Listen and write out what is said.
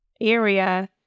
area